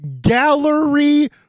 gallery